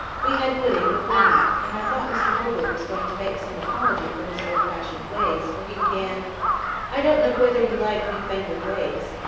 we had pudding before meat and i thought mr holbrook was going to make some apology for his old-fashioned ways, for he began i don't know whether you like newfangled ways.